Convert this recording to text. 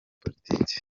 politiki